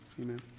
amen